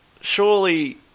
surely